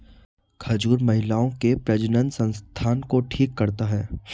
खजूर महिलाओं के प्रजननसंस्थान को ठीक करता है